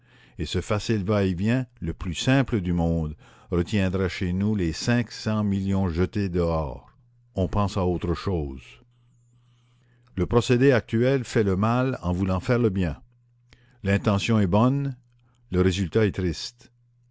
et ce facile va-et-vient le plus simple du monde retiendrait chez nous les cinq cents millions jetés dehors on pense à autre chose le procédé actuel fait le mal en voulant faire le bien l'intention est bonne le résultat est triste